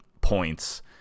points